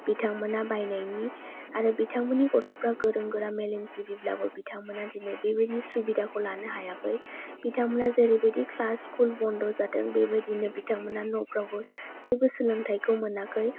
बिथांमोनहा बायनायनि आरो बिथांमोननि गथ'फ्रा गोरों गोरा मेलेम जिबि बाबो बिथांमोनहा बेबायदि सुबिदा दिनै बेबायदि सुबिदाखौ लानो हायाखै बिथांमोनहा जेरैबायदि क्लास स्कुल बन्द'जादों बे बायदिनो न'फ्राबो जेबो सोलोंथाइखौ मोनाखै